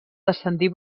descendir